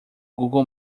google